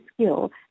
skill